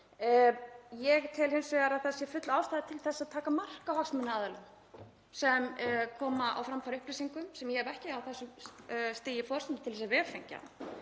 ég tel hins vegar að það sé full ástæða til að taka mark á hagsmunaaðilum sem koma á framfæri upplýsingum sem ég hef ekki á þessu stigi forsendur til þess að vefengja.